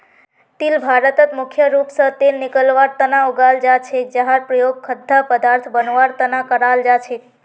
तिल भारतत मुख्य रूप स तेल निकलवार तना उगाल जा छेक जहार प्रयोग खाद्य पदार्थक बनवार तना कराल जा छेक